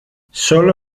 sólo